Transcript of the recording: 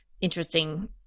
interesting